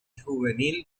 juvenil